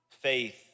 faith